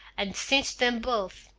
and cinched em both.